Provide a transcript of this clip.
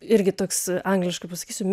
irgi toks angliškai pasakysiu